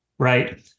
right